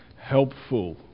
helpful